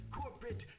corporate